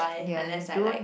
ya don't